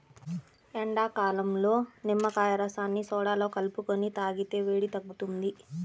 ఎండాకాలంలో నిమ్మకాయ రసాన్ని సోడాలో కలుపుకొని తాగితే వేడి తగ్గుతుంది